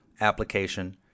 application